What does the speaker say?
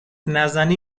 نزنی